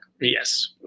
Yes